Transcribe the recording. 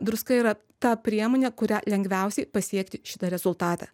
druska yra ta priemonė kuria lengviausiai pasiekti šitą rezultatą